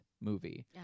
movie